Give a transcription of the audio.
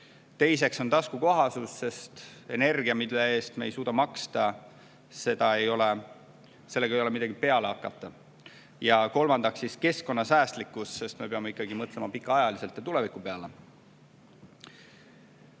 teiseks taskukohasus, sest energiaga, mille eest me ei suuda maksta, ei ole midagi peale hakata; ja kolmandaks keskkonnasäästlikkus, sest me peame ikkagi mõtlema pikaajaliselt ja tuleviku peale.